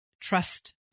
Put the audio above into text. trust